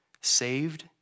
saved